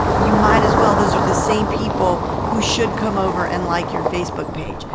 you might as well, those are the same people who should come over and like your facebook page.